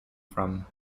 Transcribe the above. from